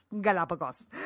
Galapagos